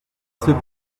c’est